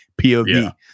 POV